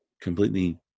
completely